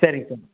சரிங்க சார்